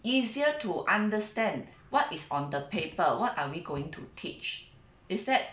easier to understand what is on the paper what are we going to teach is that